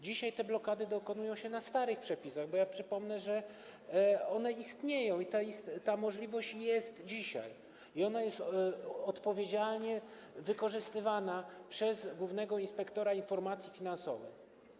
Dzisiaj te blokady są nakładane na podstawie starych przepisów, bo ja przypomnę, że takie istnieją, że taka możliwość jest dzisiaj i ona jest odpowiedzialnie wykorzystywana przez głównego inspektora informacji finansowej.